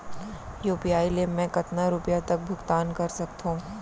UPI ले मैं कतका रुपिया तक भुगतान कर सकथों